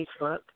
Facebook